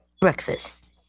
breakfast